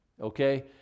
okay